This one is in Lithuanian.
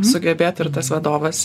sugebėtų ir tas vadovas